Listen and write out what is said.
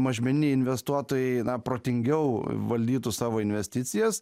mažmeniniai investuotojai protingiau valdytų savo investicijas